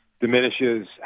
diminishes